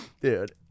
Dude